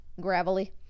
gravelly